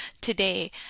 today